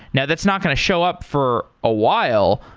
now, that's not going to show up for a while.